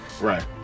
Right